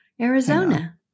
Arizona